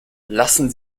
lassen